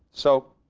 so